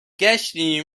گشتیم